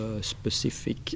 specific